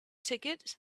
ticket